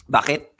Bakit